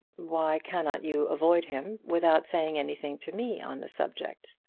why cannot you avoid him without saying anything to me on the subject?